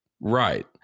Right